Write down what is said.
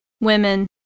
Women